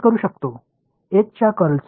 மாணவர் M மற்றும் J